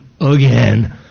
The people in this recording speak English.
again